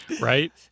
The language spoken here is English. Right